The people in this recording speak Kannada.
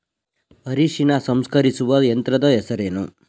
ಅರಿಶಿನ ಸಂಸ್ಕರಿಸುವ ಯಂತ್ರದ ಹೆಸರೇನು?